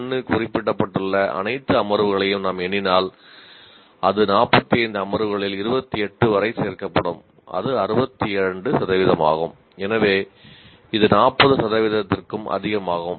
PO1 குறிப்பிடப்பட்டுள்ள அனைத்து அமர்வுகளையும் நாம் எண்ணினால் அது 45 அமர்வுகளில் 28 வரை சேர்க்கப்படும் அது 62 சதவீதமாகும் எனவே இது 40 சதவீதத்திற்கும் அதிகமாகும்